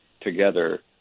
together